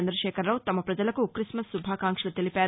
చంద్రశేఖరరావు తమ ప్రజలకు క్రిస్మస్ శుభాకాంక్షలు తెలిపారు